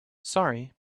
sorry